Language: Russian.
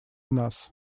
нас